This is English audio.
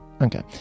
Okay